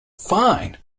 fine